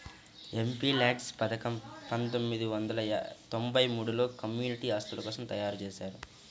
MPLADS పథకం పందొమ్మిది వందల తొంబై మూడులో కమ్యూనిటీ ఆస్తుల కోసం తయ్యారుజేశారు